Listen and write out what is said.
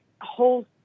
whole